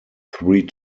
three